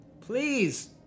Please